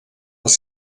els